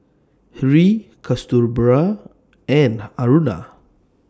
Hri Kasturba and Aruna